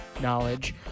knowledge